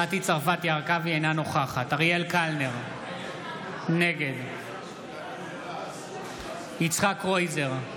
הרכבי, אינה נוכחת אריאל קלנר, נגד יצחק קרויזר,